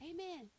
Amen